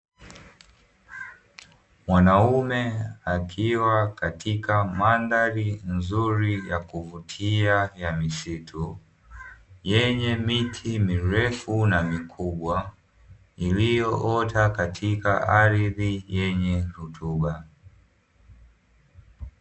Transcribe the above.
Mwanaume akiwa katika mandhari nzuri ya kuvutia ya misitu yenye miti mirefu na mikubwa iliyoota katika ardhi yenye rutuba.